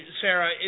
Sarah